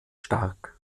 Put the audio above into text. stark